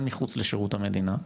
גם מחוץ לשירות המדינה,